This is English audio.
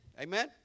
Amen